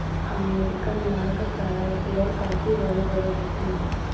American Yorkshire सूअर काफी बड़े बड़े होते हैं